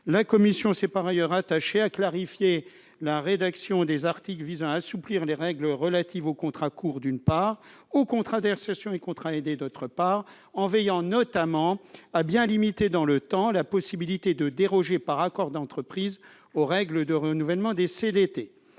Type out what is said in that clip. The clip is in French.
La commission s'est par ailleurs attachée à clarifier la rédaction des articles visant à assouplir les règles relatives aux contrats courts, d'une part, et aux contrats d'insertion et contrats aidés, d'autre part, en veillant notamment à bien limiter dans le temps la possibilité de déroger par accord d'entreprise aux règles de renouvellement des CDD.